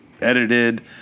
edited